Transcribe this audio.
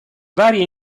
varie